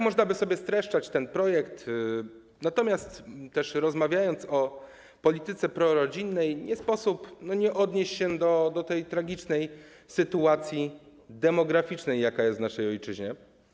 Można by tak streszczać ten projekt, natomiast rozmawiając o polityce prorodzinnej, nie sposób nie odnieść się do tragicznej sytuacji demograficznej, jaka jest w naszej ojczyźnie.